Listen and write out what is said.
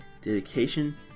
dedication